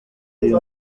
uyu